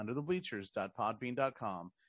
UndertheBleachers.podbean.com